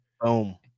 Boom